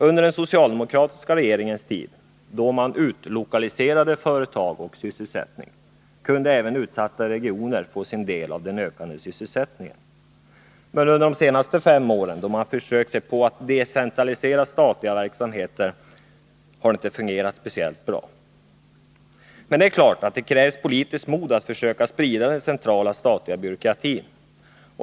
Under den socialdemokratiska regeringens tid, då man utlokaliserade företag och sysselsättning, kunde även utsatta regioner få del av den ökande sysselsättningen. Men under de senaste fem åren, då man försökt sig på att decentralisera statliga och andra verksamheter, har det inte fungerat speciellt bra. Det är klart att det krävs politiskt mod för att försöka sprida den centrala statliga byråkratin.